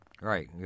Right